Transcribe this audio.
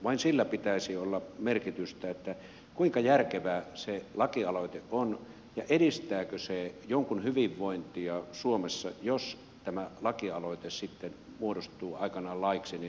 vain sillä pitäisi olla merkitystä kuinka järkevä se lakialoite on ja edistääkö se jonkun hyvinvointia suomessa jos tämä lakialoite sitten muodostuu aikanaan laiksi